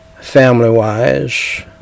family-wise